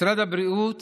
משרד הבריאות